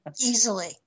Easily